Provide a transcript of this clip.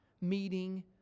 meeting